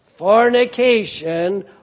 fornication